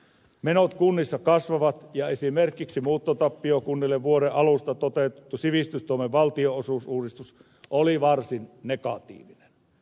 menot kunnissa kasvavat ja esimerkiksi muuttotappiokunnille vuoden alusta toteutettu sivistystoimen valtionosuusuudistus oli varsin negatiivinen